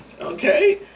Okay